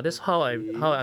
okay